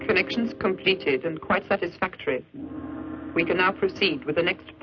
connection competed in quite satisfactorily we can now proceed with the next